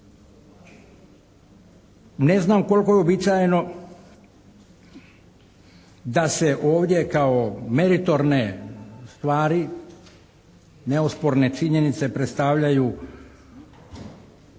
Ne znam koliko je uobičajeno da se ovdje kao meritorne stvari neosporne činjenice predstavljaju,